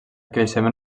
creixement